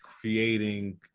creating